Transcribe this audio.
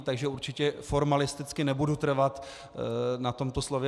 Takže určitě formalisticky nebudu trvat na tomto slově.